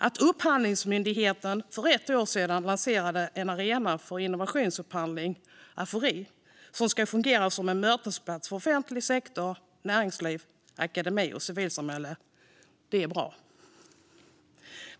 Att Upphandlingsmyndigheten för ett år sedan lanserade en arena för innovationsupphandling, Afori, som ska fungera som en mötesplats för offentlig sektor, näringsliv, akademi och civilsamhälle är därför bra.